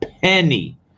penny